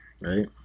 right